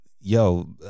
Yo